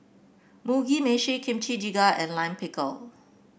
Mugi Meshi Kimchi Jjigae and Lime Pickle